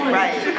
right